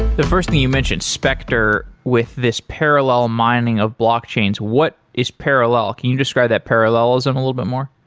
the first thing you mentioned, spectre with this parallel mining of blockchains. what is parallel? can you describe that parallelism a little bit more?